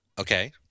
Okay